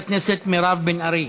התשע"ח 2018. חברת הכנסת מירב בן ארי.